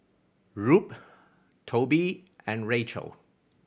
Rube Tobie and Rachel